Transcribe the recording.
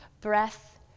breath